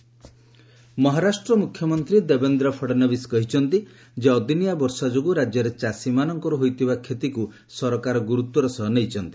ମହା crop loss Maharashtra ମୁଖ୍ୟମନ୍ତ୍ରୀ ଦେବେନ୍ଦ୍ର ଫଡନବିସ୍ କହିଛନ୍ତି ଯେ ଅଦିନିଆ ବର୍ଷାଯୋଗୁଁ ରାଜ୍ୟରେ ଚାଷୀମାନଙ୍କର ହୋଇଥିବା କ୍ଷତିକୁ ସରକାର ଗୁରୁତର ସହ ନେଇଛନ୍ତି